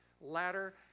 ladder